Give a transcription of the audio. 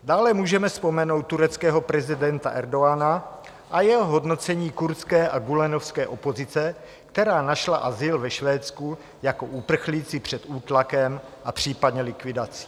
Dále můžeme vzpomenout tureckého prezidenta Erdogana a jeho hodnocení kurdské a gülenovské opozice, která našla azyl ve Švédsku jako uprchlíci před útlakem a případně likvidací.